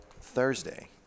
Thursday